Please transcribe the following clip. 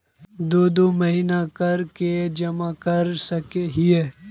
दो दो महीना कर के जमा कर सके हिये?